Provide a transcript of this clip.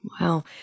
Wow